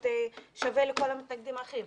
להיות שווה לכל המתנגדים האחרים.